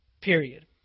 Period